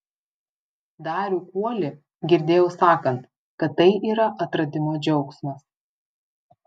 darių kuolį girdėjau sakant kad tai yra atradimo džiaugsmas